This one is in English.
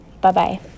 Bye-bye